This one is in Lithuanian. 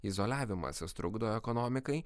izoliavimasis trukdo ekonomikai